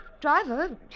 driver